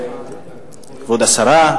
כבוד השרה,